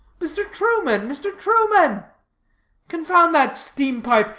mr. truman, mr. truman confound that steam-pipe,